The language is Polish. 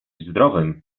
zdrowym